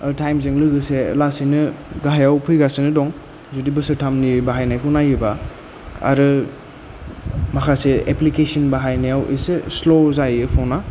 टाइमजों लोगोसे लासैनो गाहायाव फैगासिनो दं जुदि बोसोरथामनि बाहायनायखौ नायोबा आरो माखासे एप्लिकेसन बाहायनायाव एसे स्ल' जायो फना